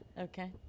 Okay